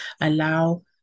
allow